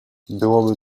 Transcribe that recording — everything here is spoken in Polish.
byłoby